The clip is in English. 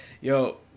Yo